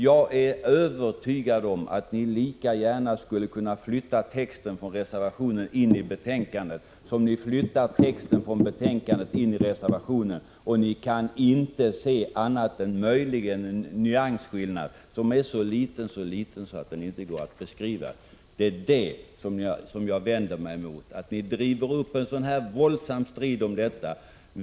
Jag är övertygad om att ni lika gärna skulle kunna flytta texten från reservationen in i utskottsbetänkandet som flytta texten från utskottsutlåtandet in i reservationen. Ni kan inte se annat än möjligen en nyansskillnad som är så liten att den inte går att beskriva. Vad jag vänder mig emot är att ni drar upp en så våldsam strid om detta.